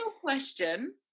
question